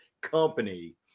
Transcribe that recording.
company